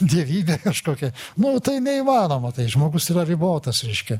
dievybė kažkokia nu tai neįmanoma tai žmogus yra ribotas reiškia